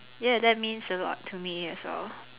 ya that means a lot to me as well